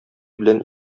белән